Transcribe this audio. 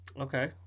Okay